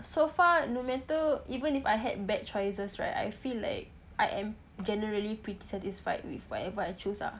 so far no matter even if I had bad choices right I feel like I am generally pretty satisfied with whatever I choose lah